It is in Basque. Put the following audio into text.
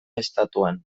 estatuan